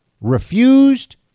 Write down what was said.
refused